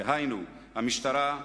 דהיינו המשטרה,